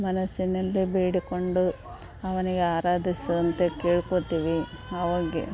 ಮನಸ್ಸಿನಲ್ಲೇ ಬೇಡಿಕೊಂಡು ಅವನಿಗೆ ಆರಾಧಿಸುವಂತೆ ಕೇಳ್ಕೊತೀವಿ ಅವನ್ಗೆ